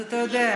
אז, אתה יודע,